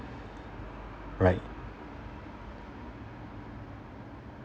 right